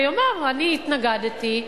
ולומר: אני התנגדתי,